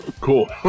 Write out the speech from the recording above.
cool